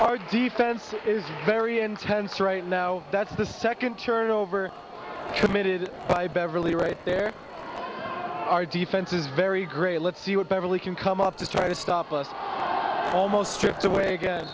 our defense is very intense right now that's the second turnover committed by beverly right there our defense is very great let's see what beverly can come up to try to stop us almost stripped away